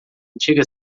antiga